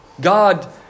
God